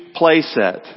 playset